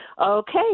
okay